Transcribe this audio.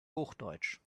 hochdeutsch